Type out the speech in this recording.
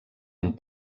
amb